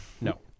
No